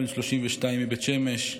בן 32 מבית שמש,